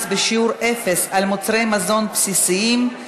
מס בשיעור אפס על מוצרי מזון בסיסיים),